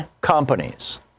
companies